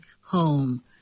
home